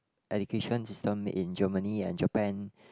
education system made in Germany and Japan